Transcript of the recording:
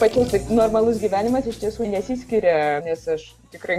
pačios tai normalus gyvenimas iš tiesų nesiskiria nes aš tikrai